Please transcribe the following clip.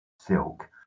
silk